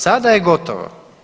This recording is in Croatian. Sada je gotovo.